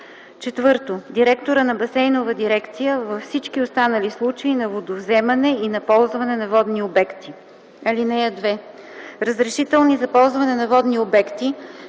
4. директора на басейновата дирекция – във всички останали случаи на водовземане и на ползване на водни обекти. (2) Разрешителни за ползване на водни обекти